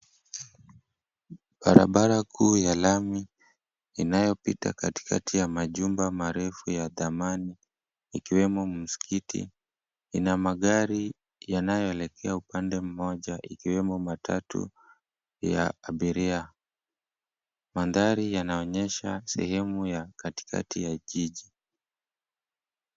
Barabara kuu ya lami inayopita katikati ya majumba marefu ya dhamani ikiwemo msikiti, ina magari yanayoelekea upande mmoja ikiwemo matatu ya abiria. Mandhari yanaonyesha sehemu ya katikati ya jiji.